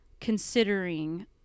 considering